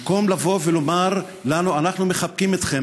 במקום לומר לנו: אנחנו מחבקים אתכם,